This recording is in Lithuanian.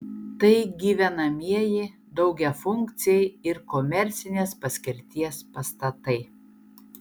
tai gyvenamieji daugiafunkciai ir komercinės paskirties pastatai